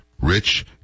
Rich